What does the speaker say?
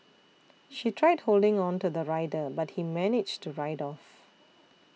she tried holding on to the rider but he managed to ride off